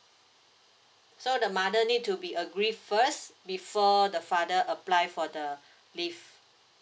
so the mother need to be agree first before the father apply for the leave